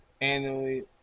annually